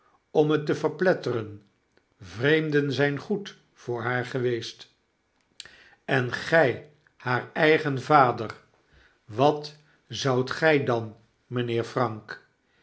om het te verpletteren vreemden zijn goed voor haar geweest en gy haar eigen vader wat zoudt gy dan mynheer frank